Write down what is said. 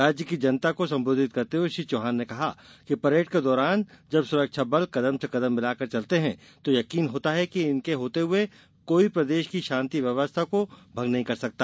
राज्य की जनता को संबोधित करते हुए श्री चौहान ने कहा कि परेड के दौरान जब सुरक्षा बल कदम से कदम मिला कर चलते हैं तो यकीन होता है कि इनके होते कोई प्रदेश की शांति व्यवस्था को भंग नहीं कर सकता